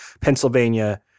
Pennsylvania